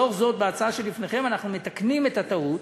לאור זאת, בהצעה שלפניכם אנחנו מתקנים את הטעות